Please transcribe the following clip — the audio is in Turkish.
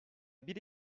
bir